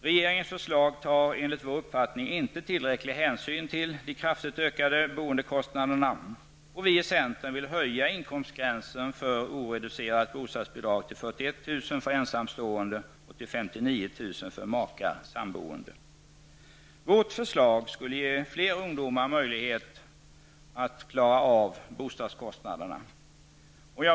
Regeringens förslag tar, enligt vår uppfattning, inte tillräcklig hänsyn till de kraftigt ökade boendekostnaderna. Vi i centern vill höja inkomstgränsen för oreducerat bostadsbidrag till 41 000 kr. för ensamboende och till 59 000 kr. för makar eller sammanboende.